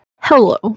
Hello